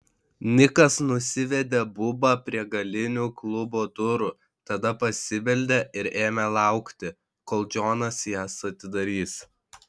nikas nusivedė bubą prie galinių klubo durų tada pasibeldė ir ėmė laukti kol džonas jas atidarys